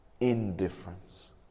indifference